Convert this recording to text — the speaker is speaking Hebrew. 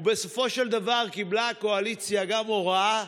ובסופו של דבר, קיבלה הקואליציה גם הוראה,